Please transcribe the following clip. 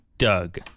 Doug